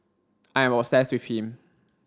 I am obsessed with him